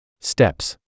Steps